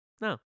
no